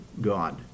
God